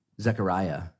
Zechariah